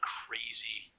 crazy